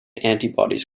antibodies